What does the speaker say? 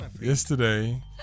yesterday